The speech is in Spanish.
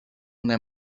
una